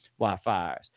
wildfires